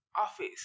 Office